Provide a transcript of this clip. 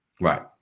Right